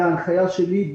בהנחיה שלי,